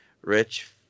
rich